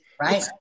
right